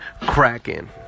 cracking